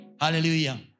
Hallelujah